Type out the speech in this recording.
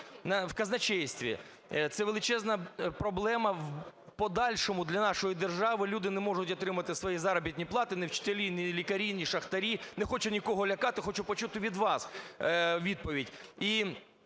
В казначействі. Це величезна проблема в подальшому для нашої держави, люди не можуть отримати свої заробітні плати: ні вчителі, ні лікарі, ні шахтарі. Не хочу нікого лякати, а хочу почути від вас відповідь.